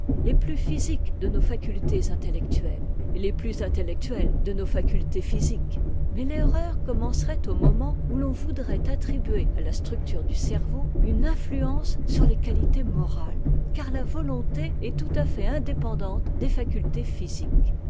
les plus physiques de nos facultés intellectuelles et les plus intellectuelles denosfacultés physiques mais l'erreur commencerait au moment où l'on voudrait attribuer à la structure du cerveau une influence sur les qualités morales car la volonté est tout à fait indépendante des facultés physiques